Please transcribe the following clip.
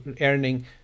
earning